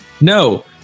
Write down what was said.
no